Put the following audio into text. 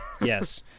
Yes